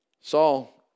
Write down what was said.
Saul